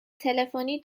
تلفنی